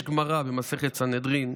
יש גמרא במסכת סנהדרין,